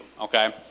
okay